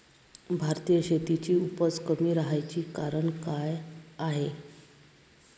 भारतीय शेतीची उपज कमी राहाची कारन का हाय?